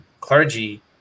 clergy